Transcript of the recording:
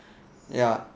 ya